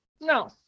no